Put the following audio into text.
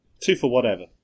Two-for-whatever